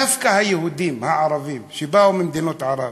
דווקא היהודים הערבים, שבאו ממדינות ערב,